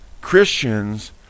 Christians